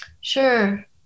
Sure